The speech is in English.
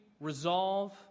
resolve